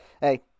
hey